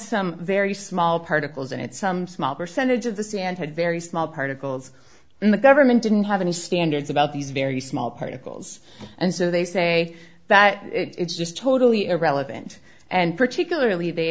some very small particles in it some small percentage of the sand had very small particles and the government didn't have any standards about these very small particles and so they say that it's just totally irrelevant and particularly they